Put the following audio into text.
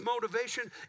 motivation